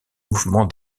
mouvement